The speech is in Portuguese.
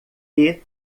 disso